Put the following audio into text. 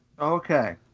Okay